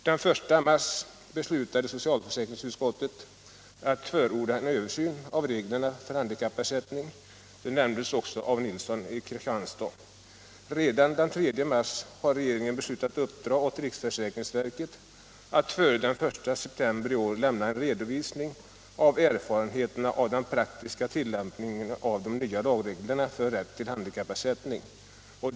Den 1 mars beslutade socialförsäkringsutskottet att förorda en översyn av reglerna för handikappersättning, vilket herr Nilsson i Kristianstad också nämnde. Redan den 3 mars beslutade regeringen uppdra åt riksförsäkringsverket att före den 1 september i år lämna en redovisning för erfarenheterna av den praktiska tillämpningen av de nya lagreglerna för rätt till handikappersättning.